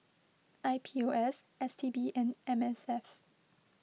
I P O S S T B and M S F